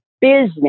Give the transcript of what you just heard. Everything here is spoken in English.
business